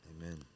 Amen